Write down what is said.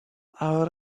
out